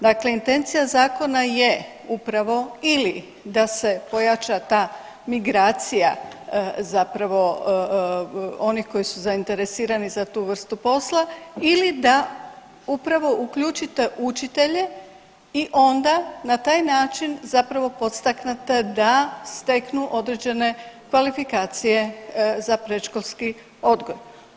Dakle intencija zakona je upravo ili da se pojača ta migracija zapravo onih koji su zainteresirani za tu vrstu posla ili da upravo uključite učitelje i onda na taj način zapravo podstaknete da steknu određene kvalifikacije za predškolski odgoj.